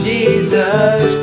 Jesus